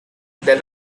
there